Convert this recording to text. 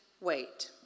wait